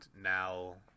now